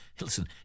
listen